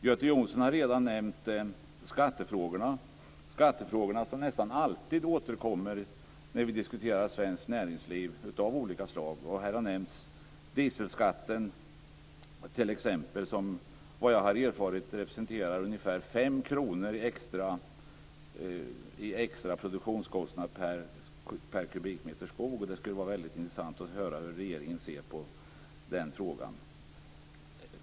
Göte Jonsson har redan nämnt skattefrågorna, som nästan alltid återkommer när vi diskuterar svenskt näringsliv av olika slag. Här har t.ex. nämnts dieselskatten, som efter vad jag har erfarit representerar ungefär 5 kr i extra produktionskostnad per kubikmeter skog. Det skulle vara väldigt intressant att höra hur regeringen ser på den frågan.